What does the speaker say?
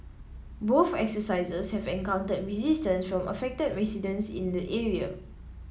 both exercises have encountered resistance from affected residents in the area